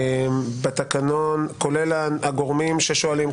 כולל הגורמים ששואלים.